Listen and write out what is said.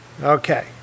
Okay